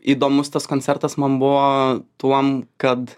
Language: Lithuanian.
įdomus tas koncertas man buvo tuom kad